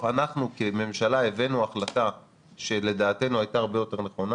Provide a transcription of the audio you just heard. אנחנו כממשלה הבאנו החלטה שלדעתנו הייתה הרבה יותר נכונה.